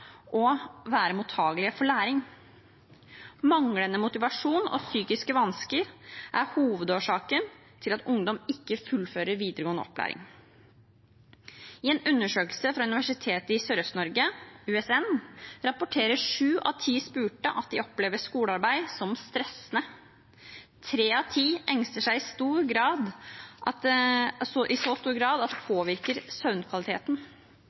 og være mottakelige for læring. Manglende motivasjon og psykiske vansker er hovedårsaken til at ungdom ikke fullfører videregående opplæring. I en undersøkelse fra Universitetet i Sørøst-Norge, USN, rapporterer sju av ti spurte at de opplever skolearbeid som stressende. Tre av ti engster seg i så stor grad at